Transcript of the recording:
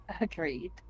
Agreed